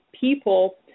people